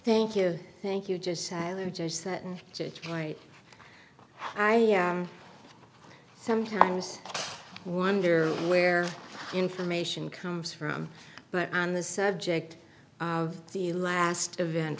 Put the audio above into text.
thank you thank you just to write i am sometimes wonder where information comes from but on the subject of the last event